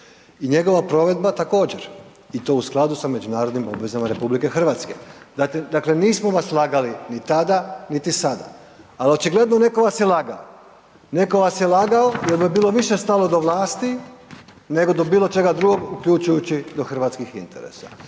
i njegova provedba također i to u skladu sa međunarodnim obvezama RH. Dakle, nismo vas lagali ni tada, niti sada, al očigledno netko vas je lagao, netko vas je lagao jer mu je bilo više stalo do vlasti nego do bilo čega drugog, uključujući do hrvatskih interesa.